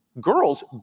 girls